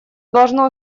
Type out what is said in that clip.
должно